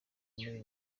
muri